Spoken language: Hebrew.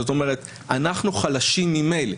זאת אומרת, אנחנו חלשים ממילא.